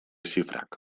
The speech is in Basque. zifrak